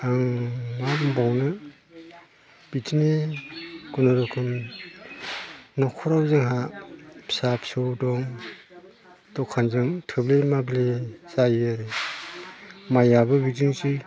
आं मा होनबावनो बिदिनो खुनुरुखुम न'खराव जोंहा फिसा फिसौ दं दखानजों थोब्ले माब्ले जायो माइआबो बिदिनोसै